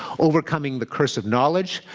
overcoming the curse of knowledge,